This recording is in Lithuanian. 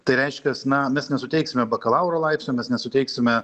tai reiškias na mes nesuteiksime bakalauro laipsnio mes nesuteiksime